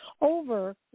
over